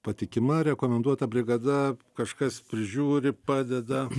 patikima rekomenduota brigada kažkas prižiūri padeda